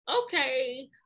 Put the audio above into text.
okay